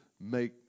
make